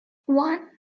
one